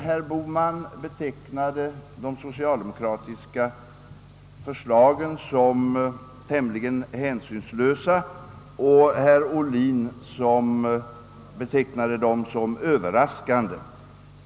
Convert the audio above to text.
Herr Bohman betecknade de socialdemokratiska förslagen som tämligen hänsynslösa och herr Ohlin betecknade dem som överraskande.